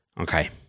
okay